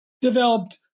developed